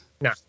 No